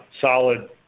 solid